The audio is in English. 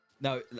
No